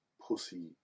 pussy